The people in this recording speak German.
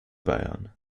bayern